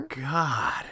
god